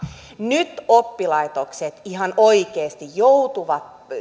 nyt oppilaitokset ihan oikeasti joutuvat